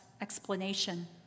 explanation